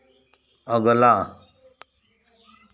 अगला